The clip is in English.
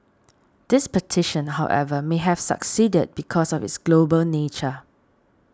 this petition however may have succeeded because of its global nature